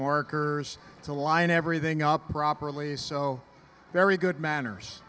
markers to line everything up properly is so very good manners